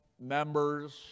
members